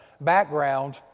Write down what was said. background